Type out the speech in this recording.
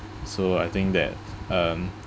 so I think that um